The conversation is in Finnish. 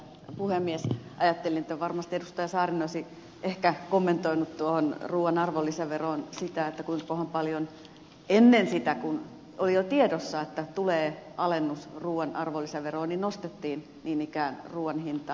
ajattelin että varmasti edustaja saarinen olisi ehkä kommentoinut tuohon ruuan arvonlisäveroon sitä kuinkahan paljon ennen sitä kun oli jo tiedossa että tulee alennus ruuan arvonlisäveroon nostettiin niin ikään ruuan hintaa